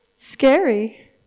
scary